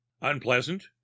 unpleasant